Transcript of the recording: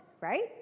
right